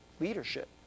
Leadership